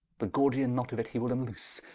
the gordian knot of it he will vnloose,